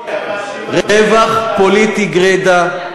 אתה מאשים, רווח פוליטי גרידא.